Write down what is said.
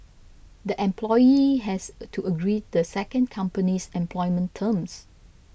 the employee has to agree the second company's employment terms